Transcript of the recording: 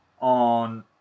on